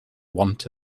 want